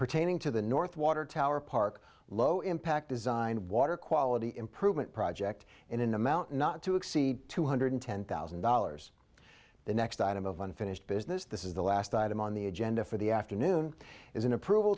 pertaining to the north water tower park low impact design water quality improvement project in an amount not to exceed two hundred ten thousand dollars the next item of unfinished business this is the last item on the agenda for the afternoon is an approval